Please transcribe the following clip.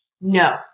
No